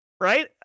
Right